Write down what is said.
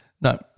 No